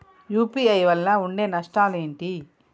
UPI వల్ల ఉండే నష్టాలు ఏంటి??